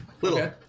little